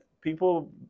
people